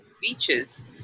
beaches